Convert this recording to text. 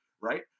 right